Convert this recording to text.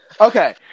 Okay